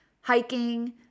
hiking